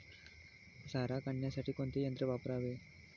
सारा काढण्यासाठी कोणते यंत्र वापरावे?